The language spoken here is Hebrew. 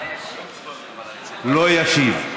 לא ישיב.